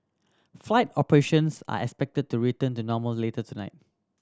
flight operations are expected to return to normal later tonight